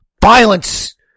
Violence